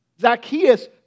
Zacchaeus